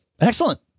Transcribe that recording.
Excellent